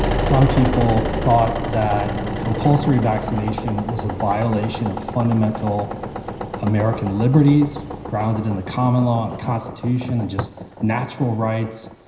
some people thought that compulsory vaccination was a violation of fundamental american liberties grounded in the common law and the constitution and just natural rights.